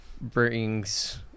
brings